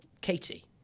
Katie